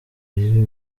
y’ibi